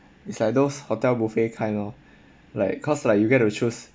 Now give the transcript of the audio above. it's like those hotel buffet kind lor like 'cause like you get to choose